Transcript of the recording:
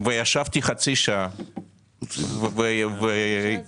שישבתי חצי שעה, לא